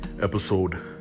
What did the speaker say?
Episode